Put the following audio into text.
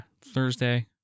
Thursday